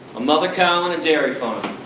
a mother cow on a dairy farm,